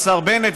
השר בנט,